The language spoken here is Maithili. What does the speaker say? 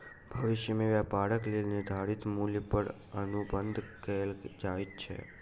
भविष्य में व्यापारक लेल निर्धारित मूल्य पर अनुबंध कएल जाइत अछि